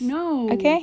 no